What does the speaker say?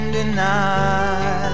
deny